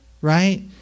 right